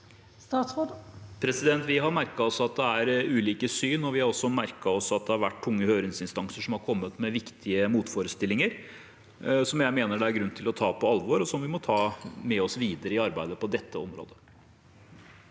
Vi har merket oss at det er ulike syn, og vi har også merket oss at det har vært tunge høringsinstanser som har kommet med viktige motforestillinger, som jeg mener det er grunn til å ta på alvor, og som vi må ta med oss videre i arbeidet på dette området.